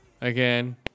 again